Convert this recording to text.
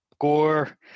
gore